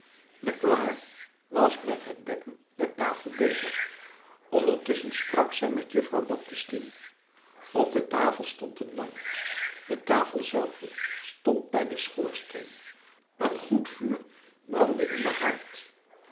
magloire was met het dekken der tafel bezig ondertusschen sprak zij met mejuffrouw baptistine op de tafel stond een lamp de tafel zelve stond bij den schoorsteen een goed vuur brandde in den haard